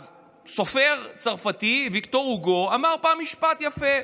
אז סופר צרפתי, ויקטור הוגו, אמר פעם משפט יפה.